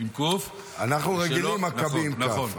עם קו"ף, נכון, נכון.